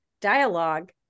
dialogue